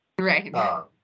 Right